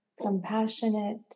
compassionate